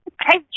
Hey